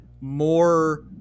more